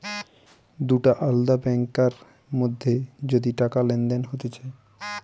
দুটা আলদা ব্যাংকার মধ্যে যদি টাকা লেনদেন হতিছে